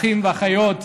אחים ואחיות,